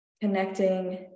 connecting